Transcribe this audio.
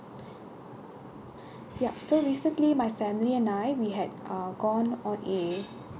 yup so recently my family and I we had gone on a